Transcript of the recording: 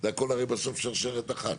זה הכול בסוף הרי שרשרת אחת.